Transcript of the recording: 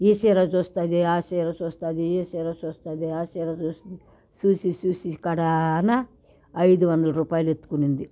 ఈ చీర చూస్తుంది ఆ చీర చూస్తుంది ఈ చీర చూస్తుంది ఆ చీర చూస్తుంది చూసి చూసి కడానా ఐదు వందల రూపాయలు ఎత్తుకునింది